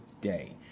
day